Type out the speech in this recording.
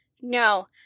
No